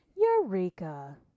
Eureka